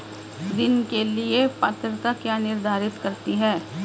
ऋण के लिए पात्रता क्या निर्धारित करती है?